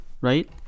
right